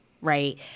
right